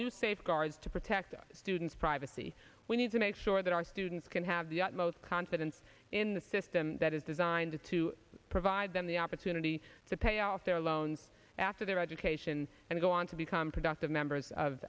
new safeguards to protect our students privacy we need to make sure that our students can have the utmost confidence in the system that is designed to provide them the opportunity to pay off their loans after their education and go on to become productive members of